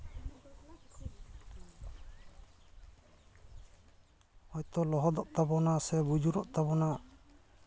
ᱦᱚᱭᱛᱳ ᱞᱚᱦᱚᱫᱚᱜ ᱛᱟᱵᱚᱱᱟ ᱥᱮ ᱵᱩᱡᱩᱨᱚᱜ ᱛᱟᱵᱚᱱᱟ